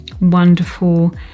wonderful